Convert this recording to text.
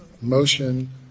motion